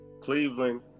Cleveland